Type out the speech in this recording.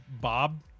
Bob